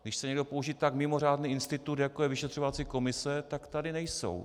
Když chce někdo použít tak mimořádný institut, jako je vyšetřovací komise, tak tady nejsou.